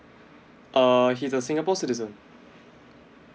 err he's a singapore citizen